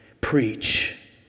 Preach